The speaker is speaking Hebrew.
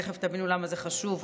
תכף תבינו למה זה חשוב,